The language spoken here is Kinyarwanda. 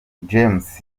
james